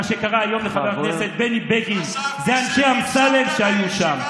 מה שקרה היום לחבר הכנסת בני בגין זה אנשי אמסלם שהיו שם.